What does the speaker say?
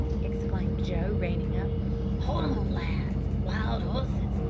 exclaimed joe, reining up hold on, lads. wild horses!